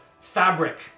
fabric